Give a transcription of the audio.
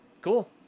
cool